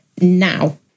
now